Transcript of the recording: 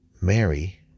Mary